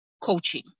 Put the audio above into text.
coaching